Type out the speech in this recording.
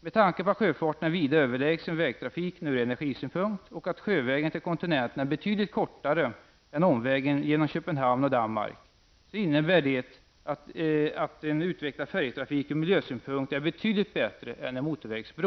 Med tanke på att sjöfarten är vida överlägsen vägtrafiken ur energisynpunkt och att sjövägen till kontinenten är betydligt kortare än omvägen genom Köpenhamn och Danmark, så innebär detta att en utvecklad färjetrafik ur miljösynpunkt är betydligt bättre än en motorvägsbro.